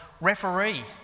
referee